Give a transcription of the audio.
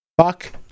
Fuck